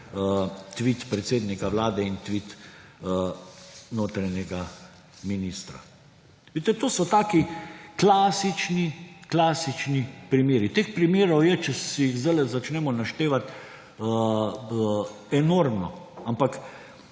tvit predsednika Vlade in tvit notranjega ministra. Vidite, to so taki klasični primeri. Teh primerov je, če si jih zdaj začnemo naštevati, enormno. Ampak